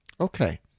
Okay